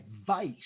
advice